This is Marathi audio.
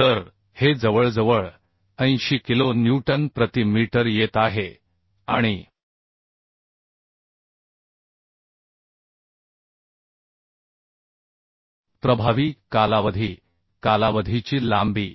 तर हे जवळजवळ 80 किलो न्यूटन प्रति मीटर येत आहे आणि प्रभावी कालावधी कालावधीची लांबी